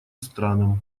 странам